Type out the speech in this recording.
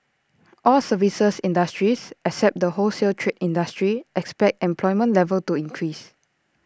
all services industries except the wholesale trade industry expect employment level to increase